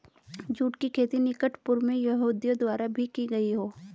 जुट की खेती निकट पूर्व में यहूदियों द्वारा भी की गई हो